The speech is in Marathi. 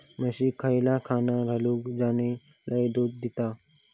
म्हशीक खयला खाणा घालू ज्याना लय दूध देतीत?